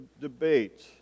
debate